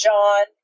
John